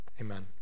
Amen